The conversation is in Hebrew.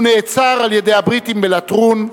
הוא נעצר על-ידי הבריטים בלטרון,